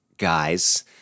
guys